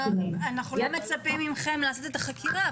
אנו לא מצפים מכם לעשות את החקירה,